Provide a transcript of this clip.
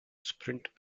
sprint